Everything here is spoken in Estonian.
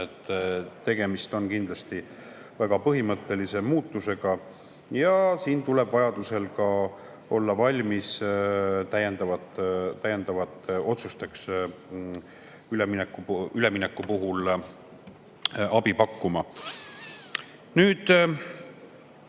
Tegemist on kindlasti väga põhimõttelise muutusega ja siin tuleb olla valmis täiendavateks otsusteks, et ülemineku puhul abi pakkuda. Nüüd,